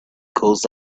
caused